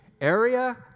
area